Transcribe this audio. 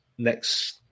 next